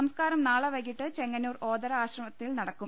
സംസ്കാരം നാളെ വൈകീട്ട് ചെങ്ങന്നൂർ ഓതറ ആശ്രമത്തിൽ നടക്കും